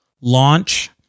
Launch